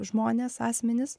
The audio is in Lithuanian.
žmonės asmenys